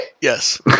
Yes